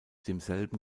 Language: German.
demselben